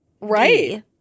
Right